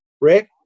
Rick